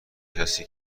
کسی